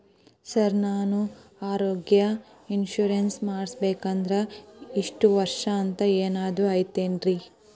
Sir ನಾನು ಆರೋಗ್ಯ insurance ಮಾಡಿಸ್ಬೇಕಂದ್ರೆ ಇಷ್ಟ ವರ್ಷ ಅಂಥ ಏನಾದ್ರು ಐತೇನ್ರೇ?